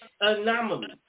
anomaly